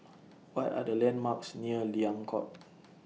What Are The landmarks near Liang Court